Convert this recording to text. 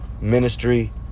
ministry